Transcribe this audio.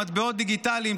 מטבעות דיגיטליים,